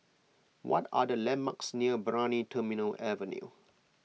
what are the landmarks near Brani Terminal Avenue